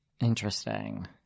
Interesting